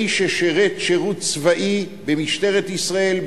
מי ששירת שירות צבאי במשטרת ישראל,